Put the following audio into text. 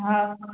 हा हा